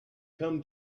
come